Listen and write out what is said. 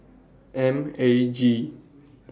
M A G